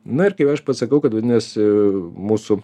na ir kaip aš pasakau kad vadinasi mūsų